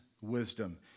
wisdom